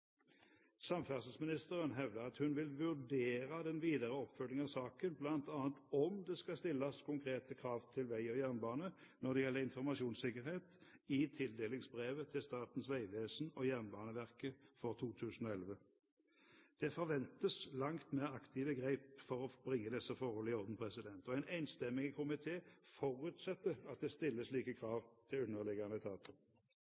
Samferdselsministeren hevder at hun vil vurdere den videre oppfølging av saken, bl.a. om det skal stilles konkrete krav til vei og jernbane når det gjelder informasjonssikkerhet i tildelingsbrevet til Statens vegvesen og Jernbaneverket for 2011. Det forventes langt mer aktive grep for å bringe disse forhold i orden, og en enstemmig komité forutsetter at det stilles slike